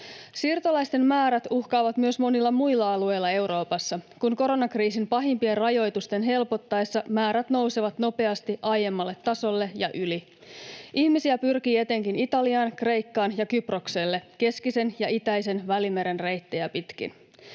Siirtolaisten määrät uhkaavat myös monilla muilla alueilla Euroopassa, kun koronakriisin pahimpien rajoitusten helpottaessa määrät nousevat nopeasti aiemmalle tasolle ja yli. Ihmisiä pyrkii etenkin Italiaan, Kreikkaan ja Kyprokselle keskisen ja itäisen Välimeren reittejä pitkin.